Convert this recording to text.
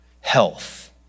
health